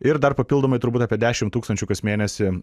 ir dar papildomai turbūt apie dešimt tūkstančių kas mėnesį